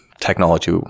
technology